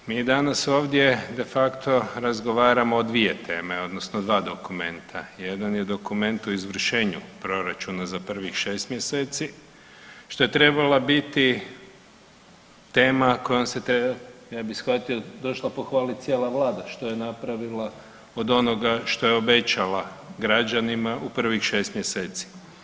Mi danas ovdje de facto razgovaramo o dvije teme odnosno o dva dokumenta, jedan je dokument o izvršenju proračuna za prvih šest mjeseci što je trebala biti tema kojom se ja bih shvatio došla pohvaliti cijela vlada što je napravila od onoga što je obećala građanima u prvih šest mjeseci.